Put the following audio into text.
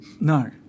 No